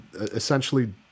essentially